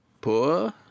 poor